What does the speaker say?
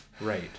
Right